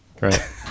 Right